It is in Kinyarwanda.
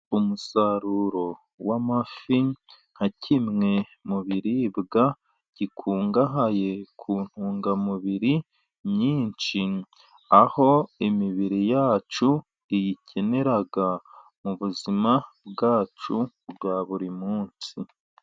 Umusaruro w'amafi, nka kimwe mu biribwa gikungahaye ku ntungamubiri nyinshi, aho imibiri yacu iyikenera mu buzima bwacu bwa buri munsi.